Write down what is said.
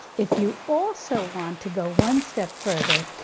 if you also want to go one step further,